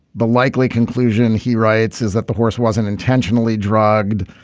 the likely conclusion he writes is that the horse wasn't intentionally drugged.